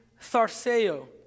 tharseo